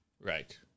Right